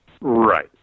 Right